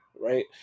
right